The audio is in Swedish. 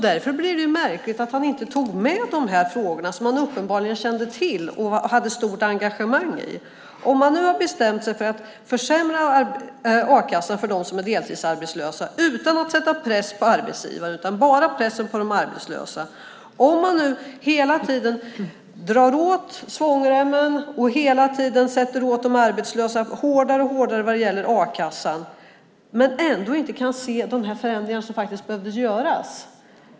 Därför blir det märkligt att han inte har tagit med dessa frågor, som han uppenbarligen känner till och är engagerad i. Han har nu bestämt sig för att försämra a-kassan för dem som är deltidsarbetslösa utan att sätta press på arbetsgivare, bara press på de arbetslösa. Han drar åt svångremmen och gör det hårdare för de arbetslösa vad gäller a-kassan, men han kan ändå inte se de förändringar som faktiskt behöver göras.